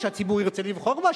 שהציבור ירצה לבחור בה,